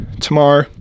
Tomorrow